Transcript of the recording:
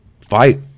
fight